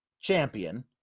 champion